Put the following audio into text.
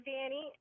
Danny